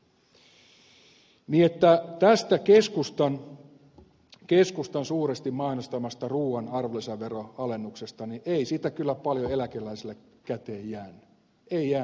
niin että tästä keskustan suuresti mainostamasta ruuan arvonlisäveroalennuksesta ei kyllä paljon eläkeläisille käteen jäänyt ei jäänyt paljon käteen